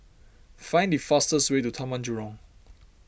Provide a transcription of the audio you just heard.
find the fastest way to Taman Jurong